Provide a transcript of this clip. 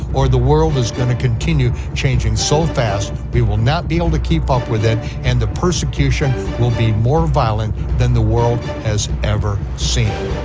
or the world is gonna continue changing so fast, we will not be able to keep up with it, and the persecution will be more violent than the world has ever seen.